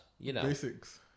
Basics